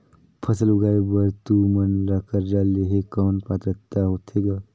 फसल उगाय बर तू मन ला कर्जा लेहे कौन पात्रता होथे ग?